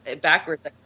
backwards